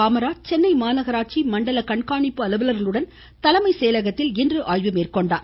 காமராஜ் சென்னை மாநகராட்சி மண்டல மற்றும் கண்காணிப்பு அலுவலர்களுடன் தலைமைச் செயலகத்தில் இன்று ஆய்வு மேற்கொண்டார்